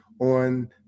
on